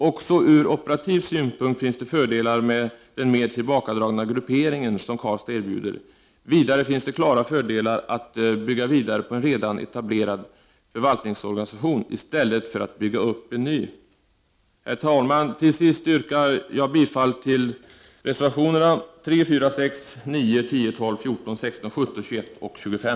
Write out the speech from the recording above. Också ur operativ synpunkt finns det fördelar med den mer tillbakadragna gruppering som Karlstad erbjuder. Vidare finns det klara fördelar med att välja Karlstad genom att man då kan bygga vidare på en redan etablerad förvaltningsorganisation i stället för att behöva bygga upp en ny. Herr talman! Till sist yrkar jag bifall till reservationerna 3, 4, 6, 9, 10, 12, 14, 16, 17, 21 och 25.